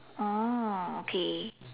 oh okay